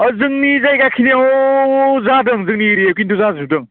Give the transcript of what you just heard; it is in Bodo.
औ जोंनि जायगा खिनियाव जादों जोंनि एरियाआव खिन्थु जाजोबदों